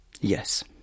Yes